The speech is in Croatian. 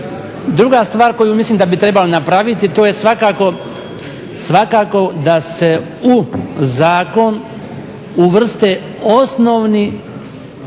Druga stvar koju mislim da bi trebalo napraviti to je svakako da se u zakon uvrste osnovni